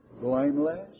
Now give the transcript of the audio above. blameless